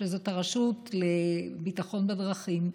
שזאת הרשות לבטיחות בדרכים,